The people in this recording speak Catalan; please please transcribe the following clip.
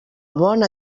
bona